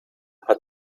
hat